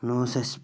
نہٕ اوس اَسہِ